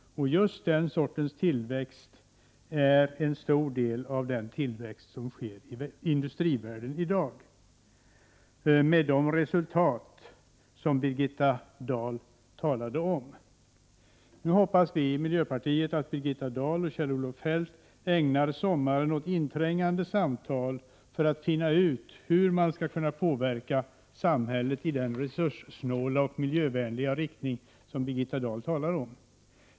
Och just den sortens tillväxt är en stor del av den tillväxt som sker i industrivärlden i dag med de resultat som Birgitta Dahl talade om. Nu hoppas vi i miljöpartiet att Birgitta Dahl och Kjell-Olof Feldt ägnar sommaren åt inträngande samtal för att finna ut hur man skall kunna påverka samhället i den resurssnåla och miljövänliga riktning som Birgitta Dahl talar om.